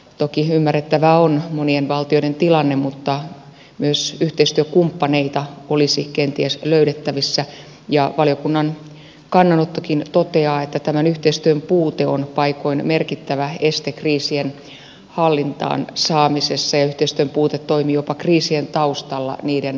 toki ymmärrettävää on monien valtioiden tilanne mutta myös yhteistyökumppaneita olisi kenties löydettävissä ja valiokunnan kannanottokin toteaa että tämän yhteistyön puute on paikoin merkittävä este kriisien hallintaan saamisessa ja yhteistyön puute toimii jopa kriisien taustalla niiden moottorina